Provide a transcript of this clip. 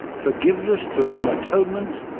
forgiveness through an atonement,